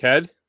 Ked